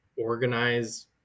organize